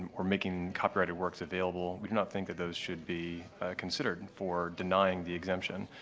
or making copyrighted works available, we do not think that those should be considered and for denying the exemption.